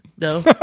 No